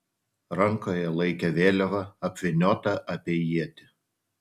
rankoje laikė vėliavą apvyniotą apie ietį